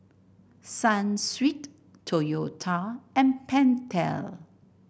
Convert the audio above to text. Sunsweet Toyota and Pentel